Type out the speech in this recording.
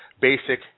basic